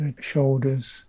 shoulders